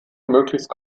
möglichst